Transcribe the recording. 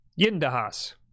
Yindahas